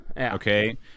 Okay